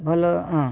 ଭଲ ହଁ